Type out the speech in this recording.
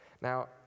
Now